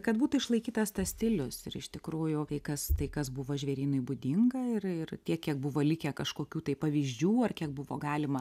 kad būtų išlaikytas tas stilius ir iš tikrųjų kai kas tai kas buvo žvėrynui būdinga ir ir tiek kiek buvo likę kažkokių tai pavyzdžių ar kiek buvo galima